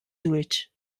żwieġ